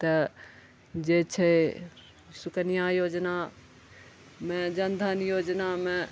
तऽ जे छै शुकन्या योजना मे जनधन योजनामे